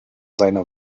seine